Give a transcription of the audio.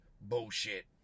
Bullshit